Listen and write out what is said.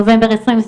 נובמבר 22',